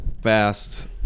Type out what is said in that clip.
fast